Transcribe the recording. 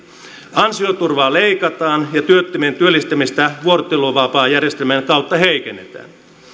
ansioturvaa leikataan ja työttömien työllistymistä vuorotteluvapaajärjestelmän kautta heikennetään